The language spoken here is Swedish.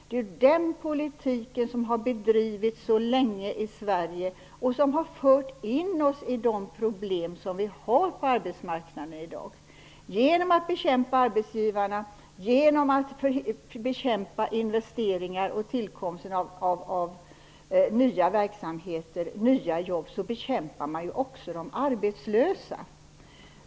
Det är den politiken som har bedrivits så länge i Sverige, och den har fört in oss i de problem som vi har på arbetsmarknaden i dag. Genom att bekämpa arbetsgivarna, investeringar och tillkomsten av nya verksamheter och nya jobb bekämpar man också de arbetslösa.